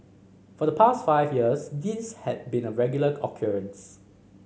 for the past five years this had been a regular occurrence